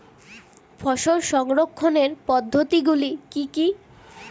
ফসল সংরক্ষণের পদ্ধতিগুলি কি কি?